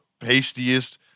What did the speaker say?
pastiest